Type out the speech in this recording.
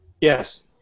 Yes